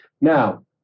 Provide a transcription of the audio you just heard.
Now